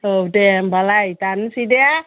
औ दे होमबालाय दाननिसै दे